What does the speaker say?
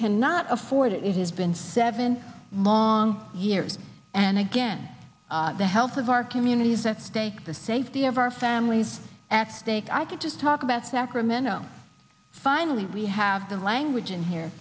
cannot afford it it has been seven mong years and again the health of our community is at stake the safety of our families at stake i can just talk about sacramento finally we have the language in here